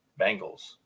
Bengals